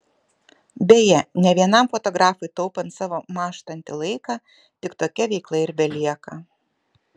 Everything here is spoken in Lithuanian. beje ne vienam fotografui taupant savo mąžtantį laiką tik tokia veikla ir belieka